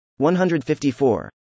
154